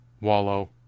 wallow